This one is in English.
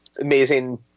amazing